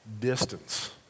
distance